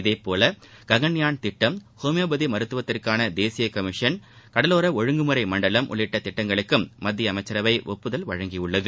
இதேபோல காகன்யான் திட்டம் ஹோமியோபதி மருத்துவத்திற்கான தேசிய கமிஷன் கடலோர ஒழுங்குமுறை மண்டலம் உள்ளிட்ட திட்டங்களுக்கும் மத்திய அமைச்சரவை ஒப்புதல் அளித்துள்ளது